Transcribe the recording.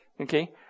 Okay